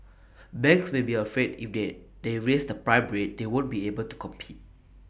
banks may be afraid if they they raise the prime rate they won't be able to compete